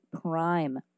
prime